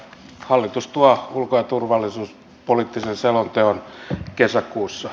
hallitus tuo ulko ja turvallisuuspoliittisen selonteon kesäkuussa